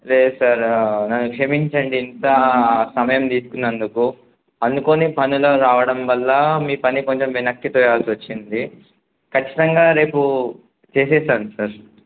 లేదు సార్ నన్ను క్షమించండి ఇంత సమయం తీసుకున్నందుకు అనుకోని పనులు రావడం వల్ల మీ పని కొంచెం వెనక్కి తోయాల్సి వచ్చింది ఖచ్చితంగా రేపు చేసేస్తాను సార్